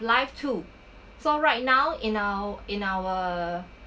life to so right now in our in our